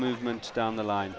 movement down the line